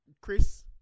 Chris